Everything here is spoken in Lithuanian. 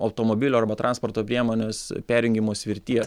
automobilio arba transporto priemonės perjungimo svirties